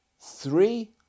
Three